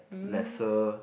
lesser